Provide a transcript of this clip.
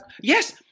yes